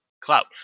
clout